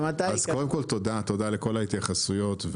קודם כל, תודה לכל ההתייחסויות.